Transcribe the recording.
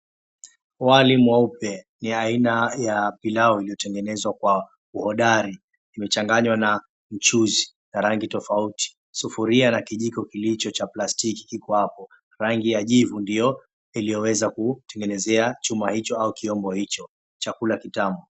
Wali mweupe ni aina ya pilau iliyotengenezwa kwa uhodari imechanganywa na mchuzi na rangi tofauti, sufuria na kijiko kilicho cha plastiki kiko hapo, rangi ya jivu ndio iliyoweza kutengenezea chuma hicho ama kyombo hicho chakula kitamu.